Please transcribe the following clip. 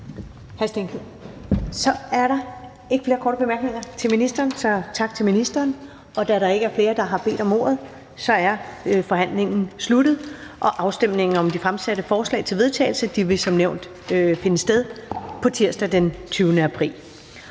Så er der ikke flere korte bemærkninger til ministeren, så tak til ministeren. Da der ikke er flere, der har bedt om ordet, er forhandlingen sluttet. Afstemningen om de fremsatte forslag til vedtagelse vil som nævnt finde sted på tirsdag, den 20. april